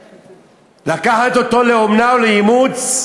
לקחת אותו לאומנה או לאימוץ,